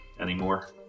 anymore